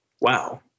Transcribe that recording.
wow